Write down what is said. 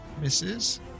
misses